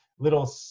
little